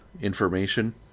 information